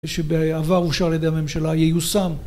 שבעבר אושר על ידי הממשלה ייושם